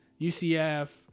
UCF